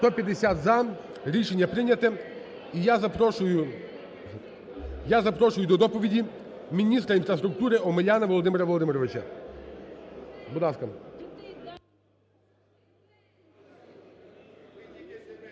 За-150 Рішення прийняте. Я запрошую до доповіді міністра інфраструктури Омеляна Володимира Володимировича. Будь ласка.